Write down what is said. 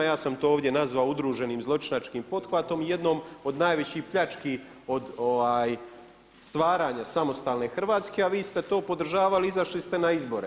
Ja sam to ovdje nazvao udruženim zločinačkim pothvatom i jednom od najvećih pljački od stvaranja samostalne Hrvatske, a vi ste to podržavali, izašli ste na izbore.